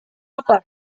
apa